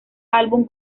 álbum